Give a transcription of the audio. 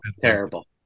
Terrible